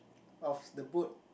of the boat